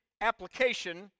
application